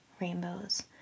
rainbows